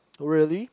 really